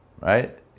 right